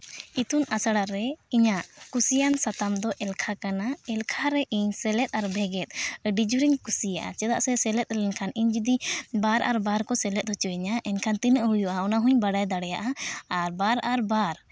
ᱤᱛᱩᱱ ᱟᱥᱲᱟ ᱨᱮ ᱤᱧᱟᱹᱜ ᱠᱩᱥᱤᱭᱟᱱ ᱥᱟᱛᱟᱢ ᱫᱚ ᱮᱞᱠᱷᱟ ᱠᱟᱱᱟ ᱮᱞᱠᱷᱟ ᱨᱮ ᱤᱧ ᱥᱮᱞᱮᱫ ᱟᱨ ᱵᱷᱮᱜᱮᱫ ᱟᱹᱰᱤ ᱡᱳᱨᱤᱧ ᱠᱩᱥᱤᱭᱟᱜᱼᱟ ᱪᱮᱫᱟᱜ ᱥᱮ ᱥᱮᱞᱮᱫ ᱞᱮᱱᱠᱷᱟᱱ ᱤᱧ ᱡᱩᱫᱤ ᱵᱟᱨ ᱟᱨ ᱵᱟᱨ ᱠᱚ ᱥᱮᱞᱮᱫ ᱦᱚᱪᱚᱭᱤᱧᱟᱹ ᱮᱱᱠᱷᱟᱱ ᱛᱤᱱᱟᱹᱜ ᱦᱩᱭᱩᱜᱼᱟ ᱚᱱᱟᱦᱚᱧ ᱵᱟᱲᱟᱭ ᱫᱟᱲᱮᱭᱟᱜᱼᱟ ᱟᱨ ᱵᱟᱨ ᱟᱨ ᱵᱟᱨ